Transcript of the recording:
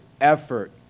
effort